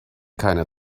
keine